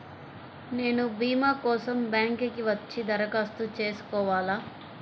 నేను భీమా కోసం బ్యాంక్కి వచ్చి దరఖాస్తు చేసుకోవాలా?